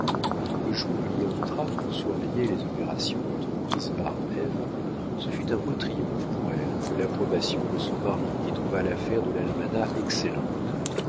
le jour où il y entra pour surveiller les opérations entreprises par ève ce fut un beau triomphe pour elle que l'approbation de son mari qui trouva l'affaire de l'almanach excellente